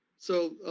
so